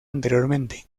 anteriormente